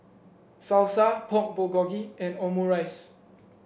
Salsa Pork Bulgogi and Omurice